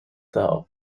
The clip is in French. tard